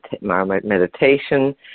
meditation